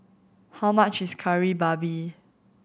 how much is Kari Babi